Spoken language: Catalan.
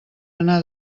anar